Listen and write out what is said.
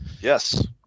Yes